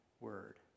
word